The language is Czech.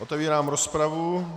Otevírám rozpravu.